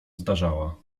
zdarzała